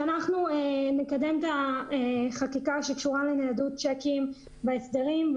שאנחנו נקדם את החקיקה שקשורה לניידות צ'קים בחוק ההסדרים.